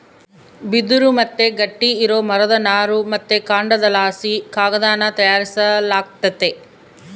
ಬಿದಿರು ಮತ್ತೆ ಗಟ್ಟಿ ಇರೋ ಮರದ ನಾರು ಮತ್ತೆ ಕಾಂಡದಲಾಸಿ ಕಾಗದಾನ ತಯಾರಿಸಲಾಗ್ತತೆ